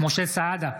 משה סעדה,